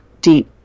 deep